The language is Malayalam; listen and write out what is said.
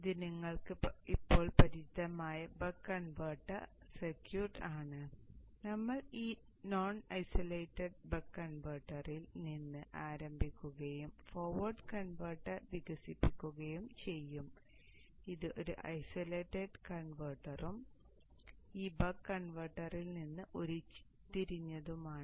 ഇത് നിങ്ങൾക്ക് ഇപ്പോൾ പരിചിതമായ ബക്ക് കൺവെർട്ടർ സർക്യൂട്ട് ആണ് നമ്മൾ ഈ നോൺ ഐസൊലേറ്റഡ് ബക്ക് കൺവെർട്ടറിൽ നിന്ന് ആരംഭിക്കുകയും ഫോർവേഡ് കൺവെർട്ടർ വികസിപ്പിക്കുകയും ചെയ്യും ഇത് ഒരു ഐസൊലേറ്റഡ് കൺവെർട്ടറും ഈ ബക്ക് കൺവെർട്ടറിൽ നിന്ന് ഉരുത്തിരിഞ്ഞതുമാണ്